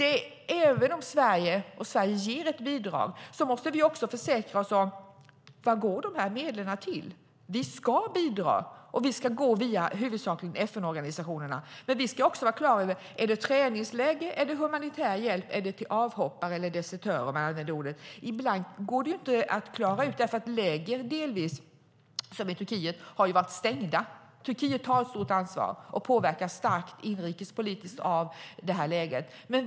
Även om Sverige ger ett bidrag måste vi också försäkra oss om vad medlen går till. Vi ska bidra, och vi ska göra detta via huvudsakligen FN-organisationerna. Men vi ska också vara klara över om det handlar om träningsläger, humanitär hjälp, avhoppade eller desertörer. Ibland går det inte att klara ut eftersom lägren, till exempel i Turkiet, har varit stängda. Turkiet har ett stort ansvar och påverkas inrikespolitiskt starkt av läget.